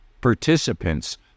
participants